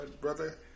brother